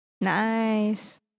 Nice